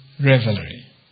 revelry